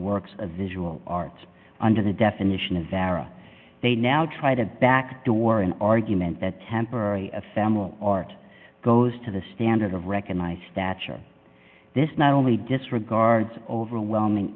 works a visual arts under the definition of era they now try to backdoor an argument that temporary ephemeral art goes to the standard of recognized stature this not only disregards overwhelming